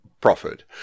proffered